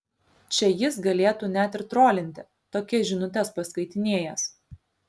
čia jis galėtų net ir trolinti tokias žinutes paskaitinėjęs